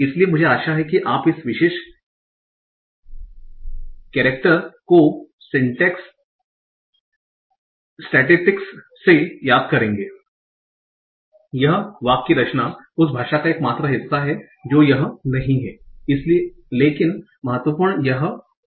इसलिए मुझे आशा है कि आप इस विशेष केरेक्टर को स्टैटिक्स से याद करेंगे यह वाक्य रचना उस भाषा का एकमात्र हिस्सा है जो यह नहीं है लेकिन महत्वपूर्ण है यह सही है